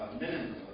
minimum